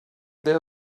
their